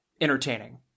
entertaining